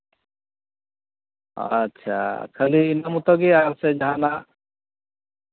ᱟᱪᱪᱷᱟ ᱠᱷᱟᱹᱞᱤ ᱤᱱᱟᱹ ᱢᱚᱛᱚᱜᱮ ᱥᱮ ᱡᱟᱦᱟᱱᱟᱜ